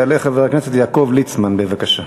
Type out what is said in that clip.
יעלה חבר הכנסת יעקב ליצמן, בבקשה.